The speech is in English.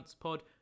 Pod